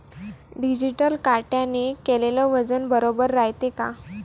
Digital काट्याने केलेल वजन बरोबर रायते का?